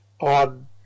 on